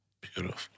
beautiful